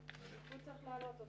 לא.